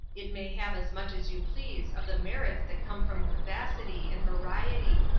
it may have as much as you please of the merits that come from vivacity and variety.